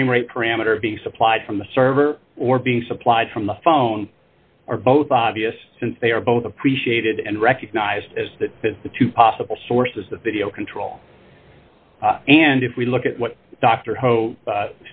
frame rate parameter being supplied from the server or being supplied from the phone or both obvious since they are both appreciated and recognized as that the two possible sources the video control and if we look at what dr